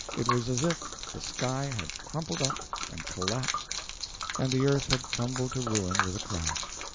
it was as if the sky had crumpled up and collapsed and the earth had tumbled to ruin with a crash.